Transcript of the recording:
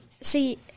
see